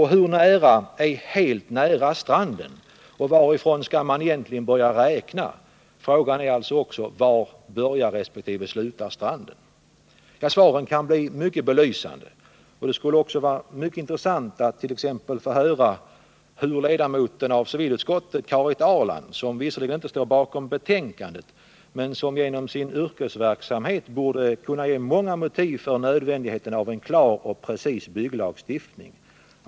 Hur nära är ”helt nära stranden”, och varifrån skall man egentligen börja räkna? Frågan är alltså också: Var börjar resp. slutar stranden? Svaren kan bli mycket belysande. Det skulle också vara intressant attt.ex. få höra ledamoten av civilutskottet Karin Ahrland, som visserligen inte står bakom betänkandet men som genom sin yrkesverksamhet borde kunna ge många motiv för nödvändigheten av en klar och precis bygglagstiftning.